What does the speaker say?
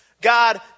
God